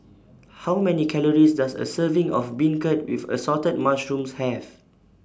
How Many Calories Does A Serving of Beancurd with Assorted Mushrooms Have